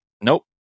Nope